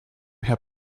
herr